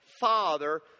Father